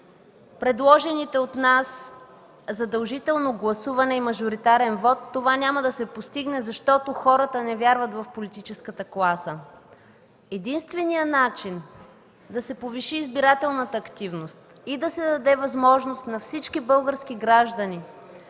предложените от нас задължително гласуване и мажоритарен вот, това няма да се постигне, защото хората не вярват в политическата класа. Единственият начин да се повиши избирателната активност и да се даде възможност на всички български граждани